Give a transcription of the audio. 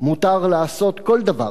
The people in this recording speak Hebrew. מותר לעשות כל דבר,